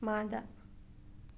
ꯃꯥꯗ